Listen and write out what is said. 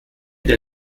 der